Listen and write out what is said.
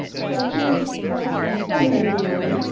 so, here's jefferson's sunny reading room.